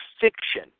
fiction